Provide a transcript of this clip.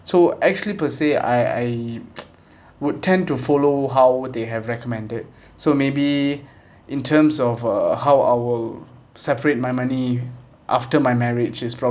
so actually per se I I would tend to follow how would they have recommended so maybe in terms of uh how I will separate my money after my marriage is proba~